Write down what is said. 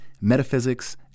metaphysics